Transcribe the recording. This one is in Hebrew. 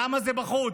למה זה בחוץ?